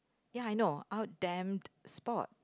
ya I know out them sport